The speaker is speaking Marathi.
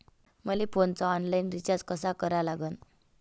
मले फोनचा ऑनलाईन रिचार्ज कसा करा लागन?